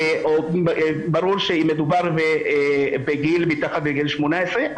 או שברור שמדובר בקטין מתחת לגיל 18,